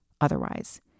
otherwise